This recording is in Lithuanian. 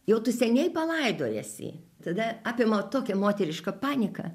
jau tu seniai palaidojęs jį tada apima tokia moteriška panika